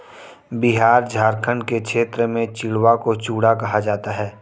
बिहार झारखंड के क्षेत्र में चिड़वा को चूड़ा कहा जाता है